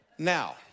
Now